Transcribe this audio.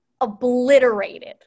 obliterated